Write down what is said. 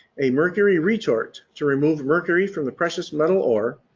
a mercury retort to remove mercury from the precious metal ore.